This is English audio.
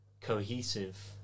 cohesive